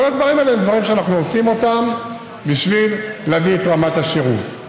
כל הדברים האלה הם דברים שאנחנו עושים בשביל להביא את רמת השירות.